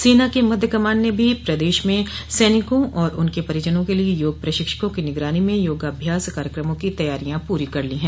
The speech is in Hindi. सेना के मध्य कमान ने भी प्रदेश में सैनिकों और उनके परिजनों के लिए योग प्रशिक्षकों की निगरानी में योगाभ्यास कार्यकमों की तैयारियां पूरी कर ली हैं